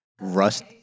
rust